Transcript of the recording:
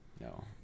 No